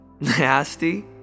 nasty